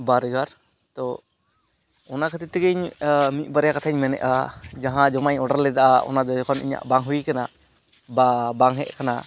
ᱵᱟᱨᱜᱟᱨ ᱛᱳ ᱚᱱᱟ ᱠᱷᱟᱹᱛᱤᱨ ᱛᱮᱜᱮᱤᱧ ᱢᱤᱫᱼᱵᱟᱨᱭᱟ ᱠᱟᱛᱷᱟᱧ ᱢᱮᱱᱮᱫᱼᱟ ᱡᱟᱦᱟᱸ ᱡᱚᱢᱟᱜᱤᱧ ᱚᱰᱟᱨ ᱞᱮᱫᱟ ᱚᱱᱟᱫᱚ ᱡᱚᱠᱷᱚᱱ ᱤᱧᱟᱹᱜ ᱵᱟᱝ ᱦᱩᱭᱠᱟᱱᱟ ᱵᱟ ᱵᱟᱝ ᱦᱮᱡᱟᱠᱟᱱᱟ